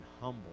humble